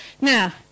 Now